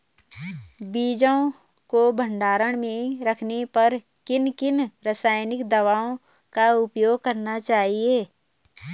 बीजों को भंडारण में रखने पर किन किन रासायनिक दावों का उपयोग करना चाहिए?